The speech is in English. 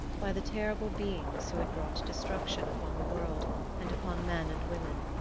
by the terrible beings who had brought destruction upon the world and upon men and women,